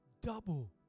double